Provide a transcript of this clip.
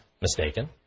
mistaken